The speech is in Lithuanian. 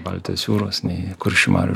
baltijos jūros nei kuršių marių